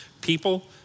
people